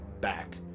back